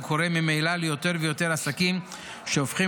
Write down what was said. והוא קורה ממילא ליותר ויותר עסקים שהופכים